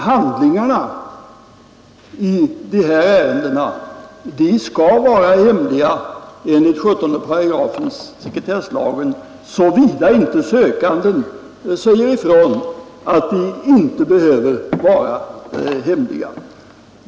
Handlingarna i sådana ärenden skall vara hemliga enligt 17 § sekretesslagen, såvida inte sökanden säger ifrån att de inte behöver vara hemliga.